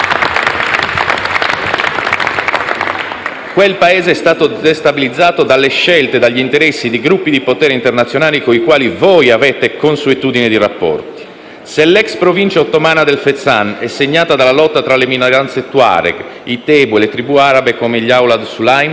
Quel Paese è stato destabilizzato dalle scelte e dagli interessi di gruppi di potere internazionali coi quali voi avete consuetudine di rapporti, Se l'ex provincia ottomana del Fezzan è segnata dalla lotta tra le minoranze tuareg, i tebu e le tribù arabe come gli awlad suleiman,